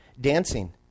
Dancing